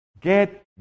Get